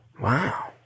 Wow